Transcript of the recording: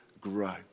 grow